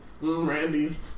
Randy's